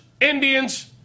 Indians